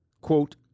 Quote